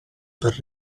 per